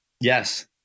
Yes